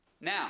Now